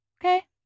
Okay